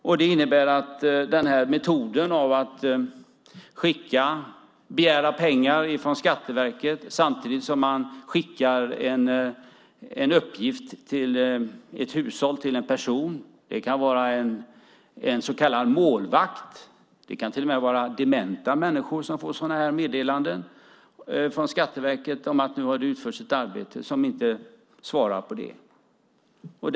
Till exempel finns metoden att begära pengar från Skatteverket samtidigt som man skickar en uppgift till ett hushåll, till en person. Det kan vara en så kallad målvakt, och det kan till och med vara dementa människor som får meddelande från Skatteverket om att det har utförts ett arbete, och de svarar inte på det.